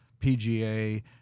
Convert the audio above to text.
pga